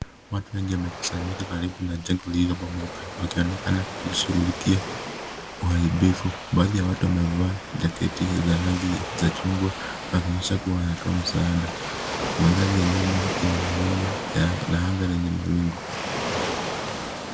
Watu wengi wamekusanyika karibu na jengo lililo bomoka wakionekana kulishughulikia uharibifu. Baadhi ya watu wamevaa jaketi za rangi ya chungwa yakionyesha kuwa wanatoa msaada. Madhari ya nyumba ina milima na anga lenye mawingu.